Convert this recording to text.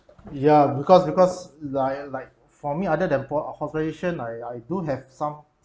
ya because because like like for me other than pro~ hospitalisation I I do have some